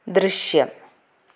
ദൃശ്യം